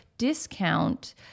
discount